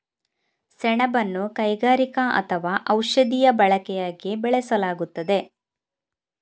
ಸೆಣಬನ್ನು ಕೈಗಾರಿಕಾ ಅಥವಾ ಔಷಧೀಯ ಬಳಕೆಯಾಗಿ ಬೆಳೆಯಲಾಗುತ್ತದೆ